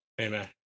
Amen